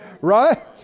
Right